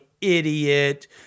idiot